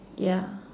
ya